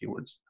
keywords